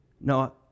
No